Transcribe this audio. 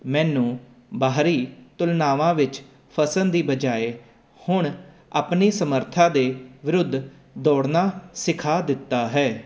ਮੈਨੂੰ ਬਾਹਰੀ ਤੁਲਨਾਵਾਂ ਵਿੱਚ ਫਸਣ ਦੀ ਬਜਾਏ ਹੁਣ ਆਪਣੀ ਸਮਰੱਥਾ ਦੇ ਵਿਰੁੱਧ ਦੌੜਨਾ ਸਿਖਾ ਦਿੱਤਾ ਹੈ